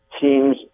Teams